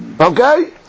Okay